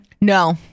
No